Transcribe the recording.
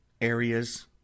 areas